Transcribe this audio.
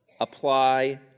apply